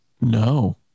No